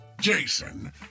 Jason